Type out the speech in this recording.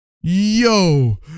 Yo